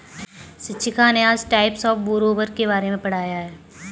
शिक्षिका ने आज टाइप्स ऑफ़ बोरोवर के बारे में पढ़ाया है